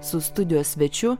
su studijos svečiu